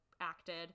acted